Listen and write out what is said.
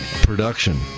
production